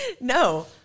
No